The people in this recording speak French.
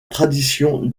tradition